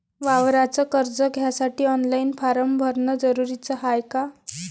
वावराच कर्ज घ्यासाठी ऑनलाईन फारम भरन जरुरीच हाय का?